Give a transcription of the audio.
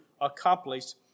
accomplished